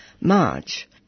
March